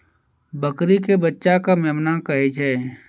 बकरी के बच्चा कॅ मेमना कहै छै